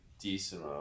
decent